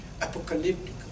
apocalyptic